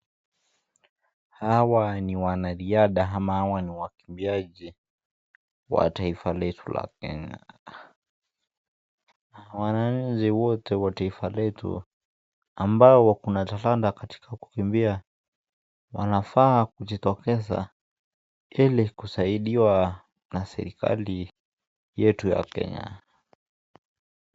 Hawa ni wanariadha ama hawa ni wakimbiaji, wa taifa letu la Kenya, wananchi wote wa taifa letu ambao wanafanana katika kukimbia, wanafaa kujitokeza ili kusaidiwa na serikali yetu ya Kenya.